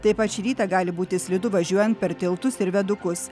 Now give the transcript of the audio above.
taip pat šį rytą gali būti slidu važiuojant per tiltus ir vėdukus